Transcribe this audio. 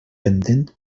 pendent